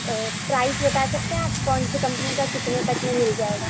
price بتا سکتے ہیں آپ کونسی کمپنی کا کتنے تک میں مل جائے گا